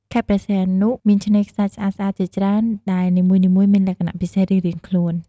ខេត្តព្រះសីហនុមានឆ្នេរខ្សាច់ស្អាតៗជាច្រើន ដែលនីមួយៗមានលក្ខណៈពិសេសរៀងៗខ្លួន។